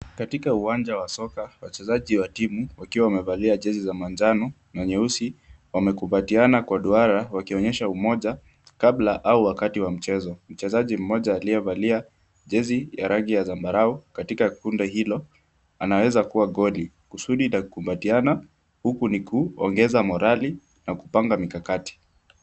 Katika uwanja wa soka, wachezaji wa timu wakiwa wamevalia jezi za manjano na nyeusi, wamekumbatiana kwa duara wakionyesha umoja kabla au wakati wa mchezo. Mchezaji mmoja aliyevalia jezi ya rangi ya zambarau katika kundi hilo, anaweza kuwa goli. Kusudi la kukumbatiana huku ni kuongeza morali na kupanga mikakati.